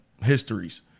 histories